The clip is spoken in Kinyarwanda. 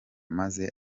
maze